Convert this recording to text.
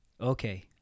okay